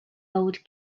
old